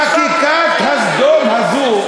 חקיקת סדום הזאת,